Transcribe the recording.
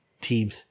team